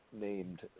named